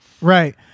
Right